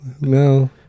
no